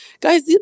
Guys